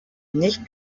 nicht